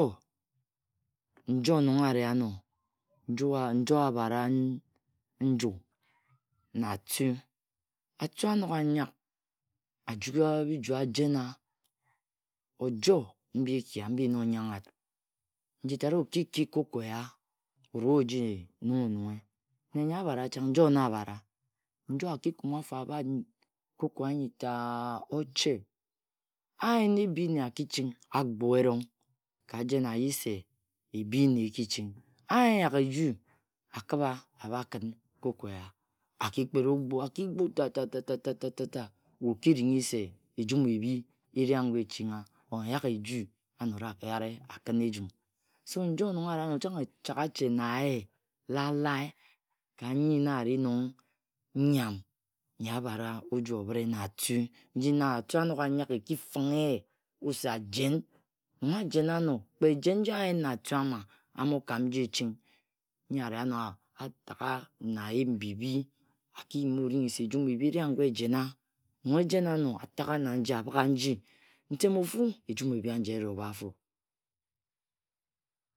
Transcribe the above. Njo nong a ri ano, n njo a bhara nju na atu. Atu a nog anyag a juga biju a jena ojo mbi ekia mbi na o nyangha wut. Njitat o ki ki koko e ya o rua o ji nungh orunghe, nne nyo abhara chang, njo na abhara njo aki kume afo, a bhat nyi, koko anyi taa oche. A yen ebi nne a kiching a gbua erong. Ka jen a yi se ebi nne e ki ching. A yen n nyagheju khibha a bha khin koko eya a kikpet ogbu, a ki gbu ta ta ta ta we okiringhi se ejum ebhie ri ago e chungha or nyagheju a nora a yare a khin ejun so njo nong ari ano chang e changha ache na ye la lae ka nyi na ori nong nyam n-nyi a bhara oju o bhre oju o bhre na etu. Nji na etu a nog anyak e ki finghe ye wut se ajen. Nong ajena ano kpe jen nji a yen na atu ama, a mokam nji eching. Nyi a ri amo a taga na eyim mbi bhi. A ki yim wa oringha se e yim mbi bhi bhi ri ago bhi jena. Nong ejana ano. A tagha na nji, a bhi ga nyi. Ntem ofu, ejum ebhi eji emo bha afo.